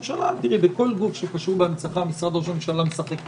בכל גוף שקשור בהנצחה משרד ראש הממשלה משחק תפקיד.